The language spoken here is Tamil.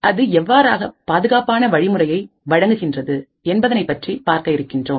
அது எவ்வாறு ஆக பாதுகாப்பான வழிமுறையை வழங்குகின்றது என்பதைப் பற்றியும் பார்க்க இருக்கின்றோம்